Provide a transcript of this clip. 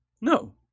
No